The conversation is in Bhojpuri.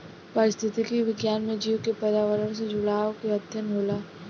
पारिस्थितिक विज्ञान में जीव के पर्यावरण से जुड़ाव के अध्ययन होला